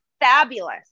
fabulous